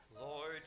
Lord